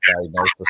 diagnosis